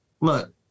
look